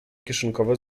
kieszonkowe